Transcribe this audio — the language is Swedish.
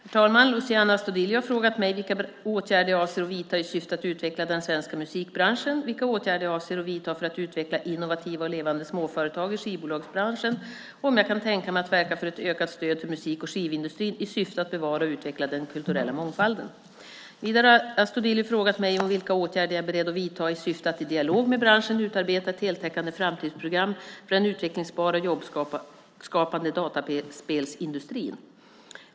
Herr talman! Luciano Astudillo har frågat mig vilka åtgärder jag avser att vidta i syfte att utveckla den svenska musikbranschen, vilka åtgärder jag avser att vidta för att utveckla innovativa och levande småföretag i skivbolagsbranschen, och om jag kan tänka mig att verka för ett ökat stöd till musik och skivindustrin i syfte att bevara och utveckla den kulturella mångfalden. Vidare har Astudillo frågat mig vilka åtgärder jag är beredd att vidta i syfte att i dialog med branschen utarbeta ett heltäckande framtidsprogram för den utvecklingsbara och jobbskapande dataspelsindustrin.